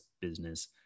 business